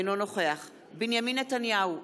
אינו נוכח בנימין נתניהו,